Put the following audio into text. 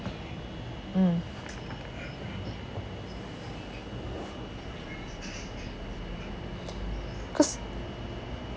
mm cause